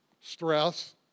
Stress